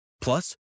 Plus